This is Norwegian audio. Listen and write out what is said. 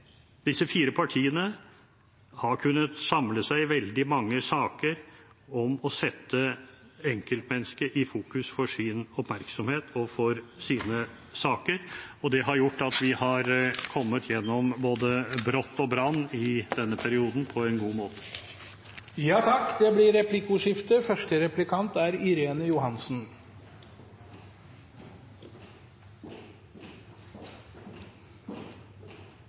Disse fire partiene har kunnet samle seg i veldig mange saker om å sette enkeltmennesket i fokus for sin oppmerksomhet og for sine saker, og det har gjort at vi har kommet igjennom både brott og brann på en god måte i denne perioden. Det blir replikkordskifte.